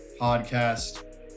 Podcast